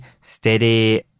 steady